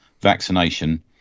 vaccination